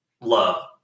love